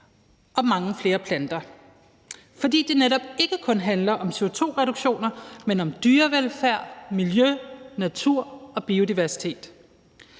og mange flere planter, fordi det netop ikke kun handler om CO2-reduktioner, men også om dyrevelfærd, miljø, natur og biodiversitet.